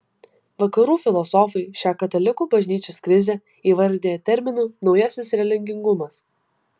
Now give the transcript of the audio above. vakarų filosofai šią katalikų bažnyčios krizę įvardija terminu naujasis religingumas